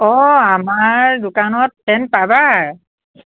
অঁ আমাৰ দোকানত ফেন পাবা